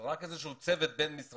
זה רק איזשהו צוות בין-משרדי